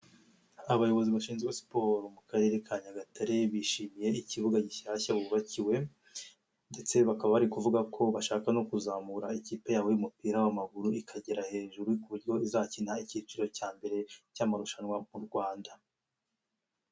Abayobozi bashinzwe siporo mu karere ka Nyagatare bishimiye ikibuga gishyashya bubakiwe ndetse bakaba bari kuvuga ko bashaka no kuzamura ikipe yabo y'umupira w'amaguru ikagera hejuru ku buryo izakina icyiciro cya mbere cy'amarushanwa mu Rwanda.